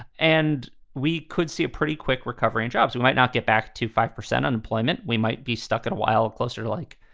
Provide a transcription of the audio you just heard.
and we could see a pretty quick recovery in jobs. we might not get back to five percent unemployment. we might be stuck in a while closer to like,